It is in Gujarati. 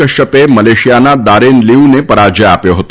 કશ્યપે મલેશિયાના દારેન લીઉને પરાજય આપ્યો હતો